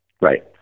Right